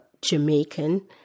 Jamaican